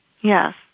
yes